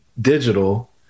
digital